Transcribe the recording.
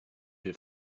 here